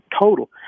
total